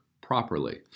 properly